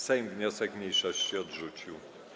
Sejm wniosek mniejszości odrzucił.